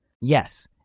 Yes